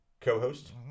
co-host